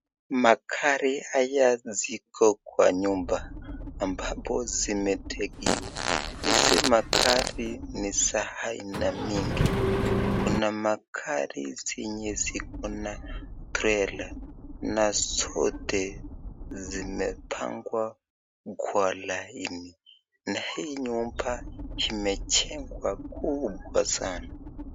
Magari haya ziko kwa nyumba, ambapo zimetengwa, hizi magari ni za aina mingi, kuna magari zenye ziko na trela , na zote zimepangwa kwa laini, na hii nyumba imejengwa kubwa sana.